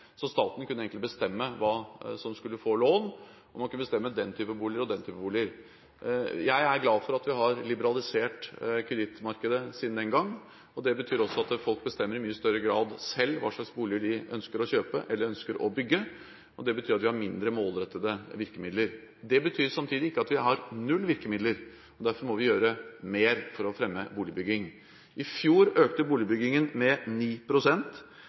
så staten kunne egentlig bestemme hvem som skulle få lån, og man kunne bestemme den type boliger og den type boliger. Jeg er glad for at vi har liberalisert kredittmarkedet siden den gang. Det betyr også at folk bestemmer i mye større grad selv hva slags bolig de ønsker å kjøpe eller ønsker å bygge, og det betyr at vi har mindre målrettede virkemidler. Det betyr samtidig ikke at vi har null virkemidler, og derfor må vi gjøre mer for å fremme boligbygging. I fjor økte boligbyggingen med